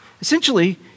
Essentially